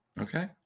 Okay